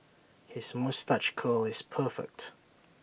his moustache curl is perfect